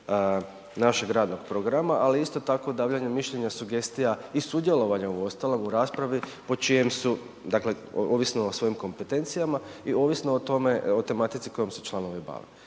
našeg radnog programa, ali isto tako davanja mišljenja, sugestija i sudjelovanja u ostalom u raspravi po čijem su, dakle ovisno o svojim kompetencijama i ovisno o tome, o tematici kojom se članovi bave.